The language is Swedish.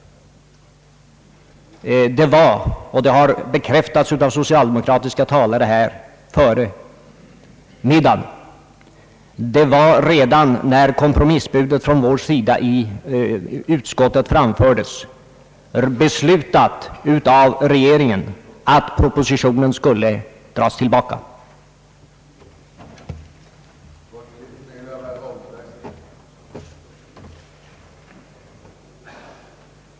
Det var — det har bekräftats av socialdemokratiska talare i eftermiddags — redan när kompromissbudet från vår sida framfördes i utskottet av regeringen beslutat att propositionen skulle dras tillbaka.